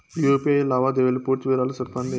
UPI లావాదేవీల పూర్తి వివరాలు సెప్పండి?